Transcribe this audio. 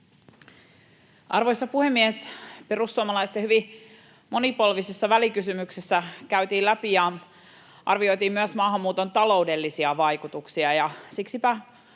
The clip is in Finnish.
Arvoisa puhemies! Perussuomalaisten hyvin monipolvisessa välikysymyksessä käytiin läpi ja arvioitiin myös maahanmuuton taloudellisia vaikutuksia,